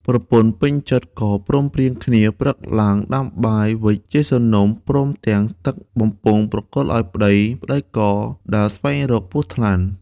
ប្រពន្ធពេញចិត្ដក៏ព្រមព្រៀងគ្នា ព្រឹកឡើងដាំបាយវិចជាសំណុំព្រមទាំងទឹកបំពង់ប្រគល់ឱ្យប្ដី ប្ដីក៏ដើរស្វែងរកពស់ថ្លាន់។